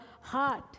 heart